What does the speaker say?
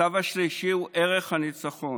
הצו השלישי הוא ערך הניצחון.